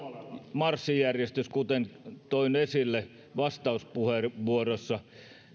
marssijärjestys kuten toin esille vastauspuheenvuorossa